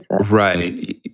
right